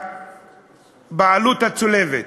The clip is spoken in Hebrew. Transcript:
הבעלות הצולבת.